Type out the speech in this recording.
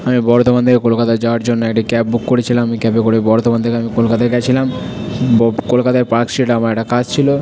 আমি বর্ধমান থেকে কলকাতায় যাওয়ার জন্যে একটি ক্যাব বুক করেছিলাম ওই ক্যাবে করে বর্ধমান থেকে আমি কলকাতায় গেছিলাম বো কলকাতার পার্ক স্ট্রিটে আমার একটা কাজ ছিলো